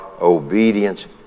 obedience